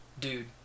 Dude